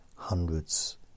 hundreds